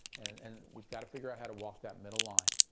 and we've got to figure out how to walk that middle line.